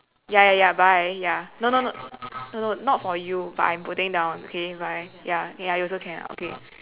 ya ya ya bye ya no no no no no not for you but I'm putting down okay bye ya okay you also can ah okay